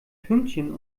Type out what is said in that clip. pünktchen